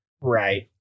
right